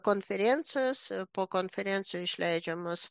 konferencijos po konferencijų išleidžiamas